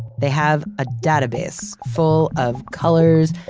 they have a database full of colors,